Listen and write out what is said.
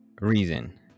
reason